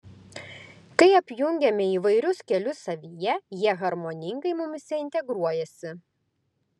kai apjungiame įvairius kelius savyje jie harmoningai mumyse integruojasi